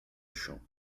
chão